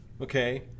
okay